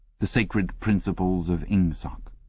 the sacred principles of ingsoc.